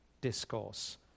Discourse